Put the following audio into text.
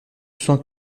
sans